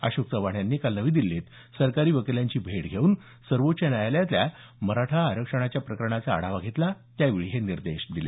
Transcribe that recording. अशोक चव्हाण यांनी काल नवी दिल्लीत सरकारी वकिलांची भेट घेऊन सर्वोच्च न्यायालयातील मराठा आरक्षणाच्या प्रकरणाचा आढावा घेतला त्यावेळी त्यांनी हे निर्देश दिले